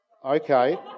Okay